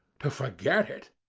to forget it!